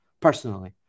personally